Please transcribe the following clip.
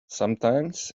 sometimes